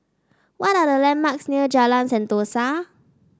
what are the landmarks near Jalan Sentosa